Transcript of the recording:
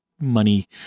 money